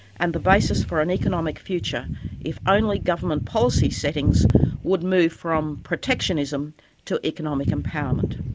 and the basis for an economic future if only government policy settings would move from protectionism to economic empowerment.